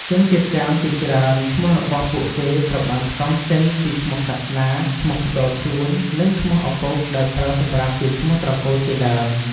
ជនជាតិចាមជាច្រើនឈ្មោះរបស់ពួកគេត្រូវបានផ្សំចេញពី ឈ្មោះសាសនា ឈ្មោះផ្ទាល់ខ្លួន និងឈ្មោះឪពុកដែលប្រើសម្រាប់ជាឈ្មោះត្រកូលជាដើម។